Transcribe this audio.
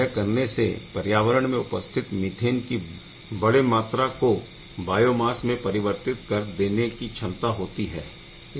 यह करने से पर्यावरण में उपस्थित मीथेन की बड़े मात्र को बायोमास में परिवर्तित कर देने की क्षमता होती है